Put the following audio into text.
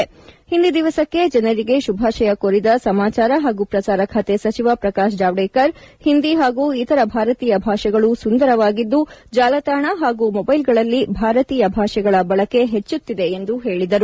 ಓಂದಿ ದಿವಸಕ್ಕೆ ಜನರಿಗೆ ಶುಭಾಶಯ ಕೋರಿದ ಸಮಾಚಾರ ಹಾಗೂ ಪ್ರಸಾರ ಖಾತೆ ಸಚಿವ ಪ್ರಕಾಶ್ ಜಾವ್ದೇಕರ್ ಓಂದಿ ಪಾಗೂ ಇತರ ಭಾರತೀಯ ಭಾಷೆಗಳು ಸುಂದರವಾಗಿದ್ದು ಜಾಲತಾಣ ಪಾಗೂ ಮೊಬೈಲ್ಗಳಲ್ಲಿ ಭಾರತೀಯ ಭಾಷೆಗಳ ಬಳಕೆ ಹೆಚ್ಚುತ್ತಿದೆ ಎಂದು ಹೇಳಿದರು